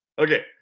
Okay